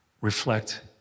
reflect